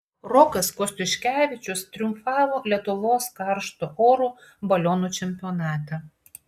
rokas kostiuškevičius triumfavo lietuvos karšto oro balionų čempionate